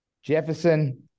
Jefferson